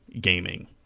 Gaming